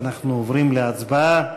אנחנו עוברים להצבעה.